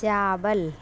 چاول